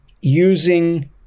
using